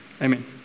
Amen